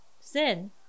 sin